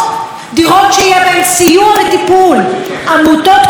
עמותות כמו עמותת בשבילך מטפלות בגבר,